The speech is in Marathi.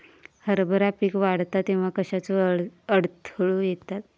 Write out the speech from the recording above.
हरभरा पीक वाढता तेव्हा कश्याचो अडथलो येता?